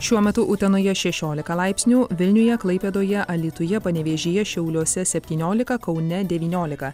šiuo metu utenoje šešiolika laipsnių vilniuje klaipėdoje alytuje panevėžyje šiauliuose septyniolika kaune devyniolika